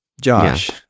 Josh